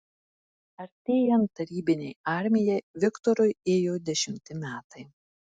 artėjant tarybinei armijai viktorui ėjo dešimti metai